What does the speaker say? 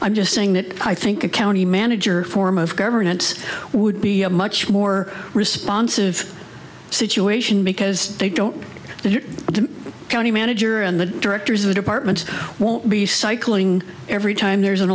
i'm just saying that i think a county manager form of governance would be a much more responsive situation because they don't have your county manager and the directors of the department won't be cycling every time there's an